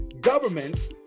governments